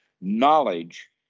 knowledge